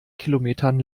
kilometern